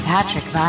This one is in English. Patrick